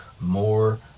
more